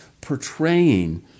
portraying